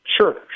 Sure